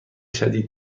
شدید